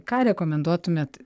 ką rekomenduotumėt